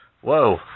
Whoa